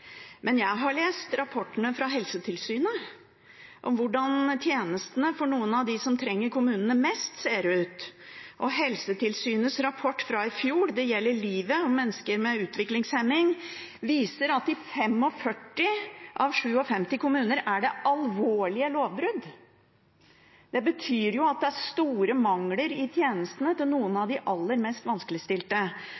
Men jeg har lest rapportene fra Helsetilsynet om hvordan tjenestene for noen av dem som trenger kommunene mest, ser ut. Helsetilsynets rapport fra i fjor, Det gjelder livet, om mennesker med utviklingshemming, viser at i 45 av 57 kommuner er det alvorlige lovbrudd. Det betyr at det er store mangler i tjenestene til noen av